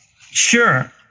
sure